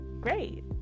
great